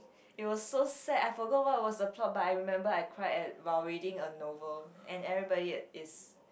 it was so sad I forgot what was the plot but I remembered I cried while reading a novel and everybody is